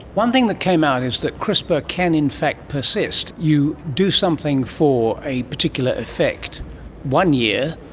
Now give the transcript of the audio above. one thing that came out is that crispr can in fact persist. you do something for a particular effect one year,